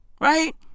right